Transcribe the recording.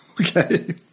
okay